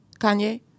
Kanye